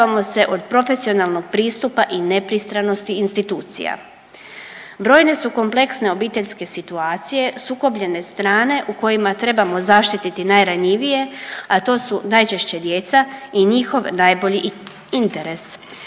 od profesionalnog pristupa i nepristranosti institucija. Brojne su kompleksne obiteljske situacije, sukobljene strane u kojima trebamo zaštiti najranjivije, a to su najčešće djeca i njihov najbolji interes.